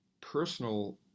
personal